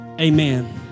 Amen